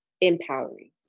empowering